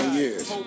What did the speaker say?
years